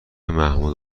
محمود